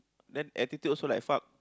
then attitude also like fuck